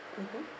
mmhmm